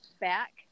back